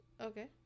Okay